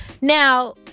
Now